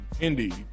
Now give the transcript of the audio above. Indeed